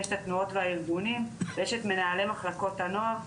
יש את התנועות והארגונים ויש את מנהלי מחלקות הנוער,